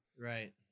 right